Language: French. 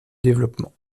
développement